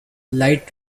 light